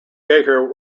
baker